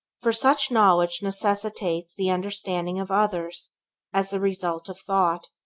for such knowledge necessitates the understanding of others as the result of thought,